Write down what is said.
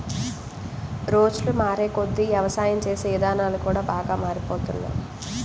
రోజులు మారేకొద్దీ యవసాయం చేసే ఇదానాలు కూడా బాగా మారిపోతున్నాయ్